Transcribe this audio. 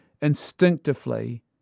instinctively